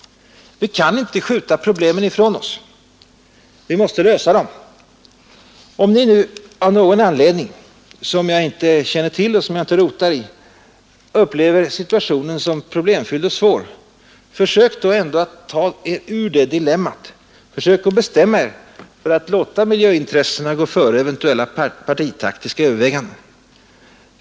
Vi kan inte skjuta problemen ifrån oss. Vi måste lösa dem. Om ni nu av någon anledning som jag inte känner till och som jag inte rotar i upplever situationen som problemfylld och svår, försök ändå att ta er ur det dilemmat, försök att bestämma er för att låta miljöintressena gå före eventuella partitaktiska överväganden.